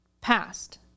past